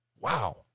Wow